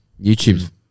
YouTube